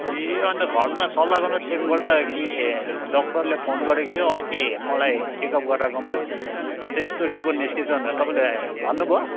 ए अनि त घरमा सल्लाह गर्नुहोस् एकपल्ट कि डक्टरले फोन गरेको थियो अस्ति मलाई चेकअप गराएकोमा यो त यस्तो रिपोर्ट निस्केछ भनेर तपाईँले भन्नुभयो